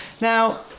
Now